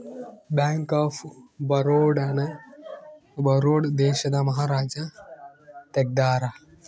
bank of Baroda ನ ಬರೋಡ ದೇಶದ ಮಹಾರಾಜ ತೆಗ್ದಾರ